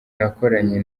nakoranye